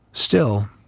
still,